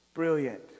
Brilliant